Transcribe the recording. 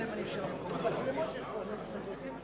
הקמת המרכז להנצחת פועלו ומורשתו של רחבעם זאבי),